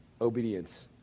obedience